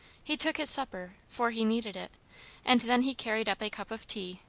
he took his supper, for he needed it and then he carried up a cup of tea,